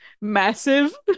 massive